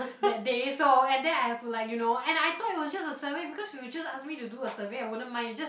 that day so and then I've to like you know and I thought it was just a survey because if you just ask me to do a survey I wouldn't mind you just